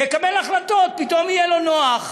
יקבל החלטות, פתאום יהיה לו נוח.